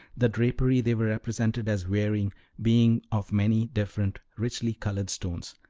the drapery they were represented as wearing being of many different richly-colored stones,